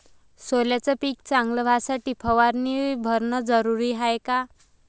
सोल्याचं पिक चांगलं व्हासाठी फवारणी भरनं जरुरी हाये का?